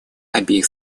обеих